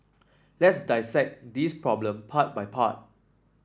let's this problem part by part